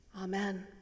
Amen